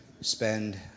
spend